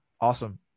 Awesome